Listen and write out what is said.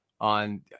on